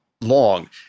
long